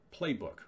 playbook